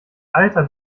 alter